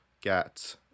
get